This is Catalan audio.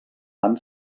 van